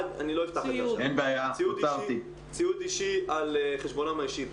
ציוד אישי על חשבונם האישי.